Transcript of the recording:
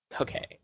Okay